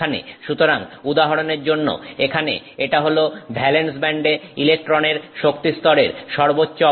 সুতরাং উদাহরণের জন্য এখানে এটা হল ভ্যালেন্স ব্যান্ডে ইলেকট্রনের শক্তিস্তরের সর্বোচ্চ অবস্থান